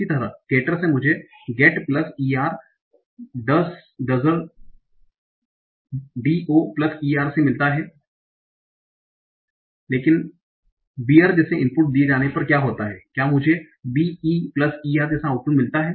इसी तरह गेटर से मुझे g e t plus e r doer d o plus e r से मिलता है लेकिन बीयर जैसे इनपुट दिए जाने पर क्या होता है क्या मुझे b e plus e r जैसा आउटपुट मिलता है